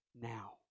now